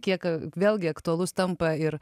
kiek vėlgi aktualus tampa ir